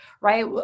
right